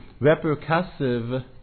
repercussive